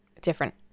different